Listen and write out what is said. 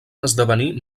esdevenir